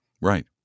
Right